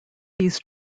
these